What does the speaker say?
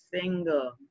single